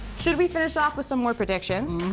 should we finish off with some more predictions?